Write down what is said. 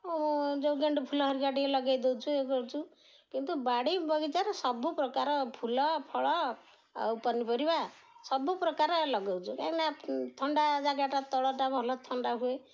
ମୁଁ ଯେଉଁ ଗେଣ୍ଡୁ ଫୁଲ ହରିକା ଟିକେ ଲଗାଇ ଦଉଛୁ ଇଏ କରଛୁ କିନ୍ତୁ ବାଡ଼ି ବଗିଚାରେ ସବୁପ୍ରକାର ଫୁଲ ଫଳ ଆଉ ପନିପରିବା ସବୁପ୍ରକାର ଲଗଉଛୁ କାହିଁକିନା ଥଣ୍ଡା ଜାଗାଟା ତଳଟା ଭଲ ଥଣ୍ଡା ହୁଏ